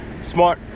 smart